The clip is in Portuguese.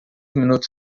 minutos